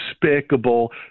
despicable